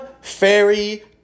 Fairy